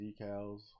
decals